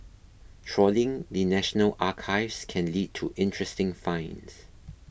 trawling the National Archives can lead to interesting finds